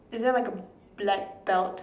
is there like a black belt